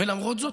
למרות זאת,